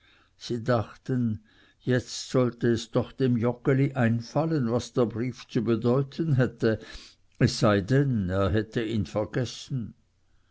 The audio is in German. sie dachten jetzt sollte es doch dem joggeli einfallen was der brief zu bedeuten hätte es sei denn er hätte ihn vergessen